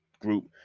group